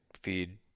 feed